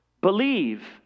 believe